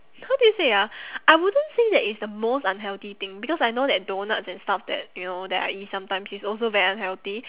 how do you say ah I wouldn't say that it's the most unhealthy thing because I know that donuts and stuff that you know that I eat sometimes is also very unhealthy